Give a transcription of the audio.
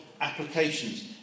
applications